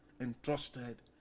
entrusted